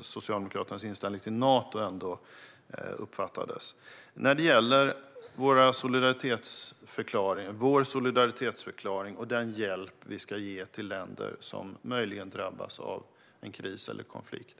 Socialdemokraternas inställning till Nato. Där gällde frågan Sveriges solidaritetsförklaring och den hjälp vi ska ge till länder som möjligen drabbas av en kris eller konflikt.